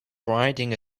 writing